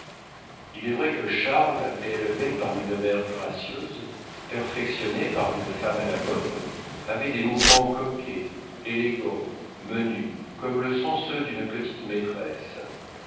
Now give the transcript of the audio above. il est vrai que charles élevé par une mère gracieuse perfectionné par une femme à la mode avait des mouvements coquets élégants menus comme le sont ceux d'une petite maîtresse